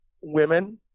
women